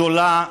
זולה,